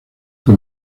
que